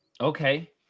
Okay